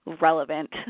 relevant